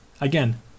again